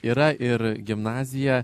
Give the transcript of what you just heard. yra ir gimnazija